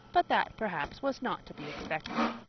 but that perhaps was not to be expected.